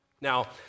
Now